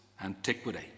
antiquity